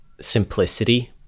simplicity